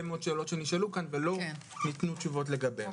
מאוד שאלות שנשאלו כאן ולא ניתנו תשובות לגביהן.